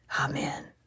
Amen